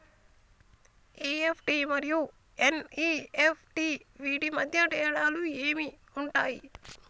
EFT మరియు NEFT వీటి మధ్య తేడాలు ఏమి ఉంటాయి?